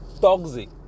toxic